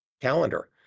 calendar